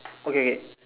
okay